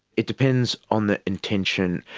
it depends on the intention.